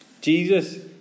Jesus